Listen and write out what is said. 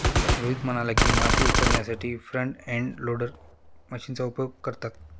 रोहित म्हणाला की, माती उचलण्यासाठी फ्रंट एंड लोडर मशीनचा उपयोग करतात